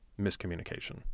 miscommunication